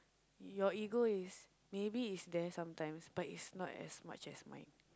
your ego is maybe is there some times but is not as much as mine